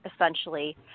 essentially